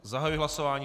Zahajuji hlasování.